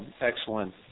excellent